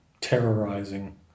terrorizing